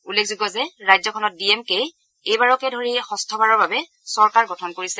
উল্লেখযোগ্য যে ৰাজ্যখনত ডি এম কেই এইবাৰকে ধৰি ষষ্ঠবাৰৰ বাবে চৰকাৰ গঠন কৰিছে